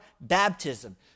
baptism